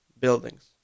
buildings